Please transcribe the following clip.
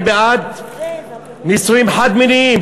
היא בעד נישואים חד-מיניים,